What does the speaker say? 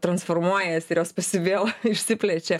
transformuojasi ir jos vėl išsiplečia